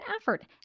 effort